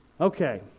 Okay